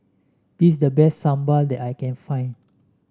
this is the best sambal that I can find